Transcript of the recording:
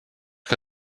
que